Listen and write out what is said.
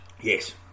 Yes